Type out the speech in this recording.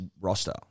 roster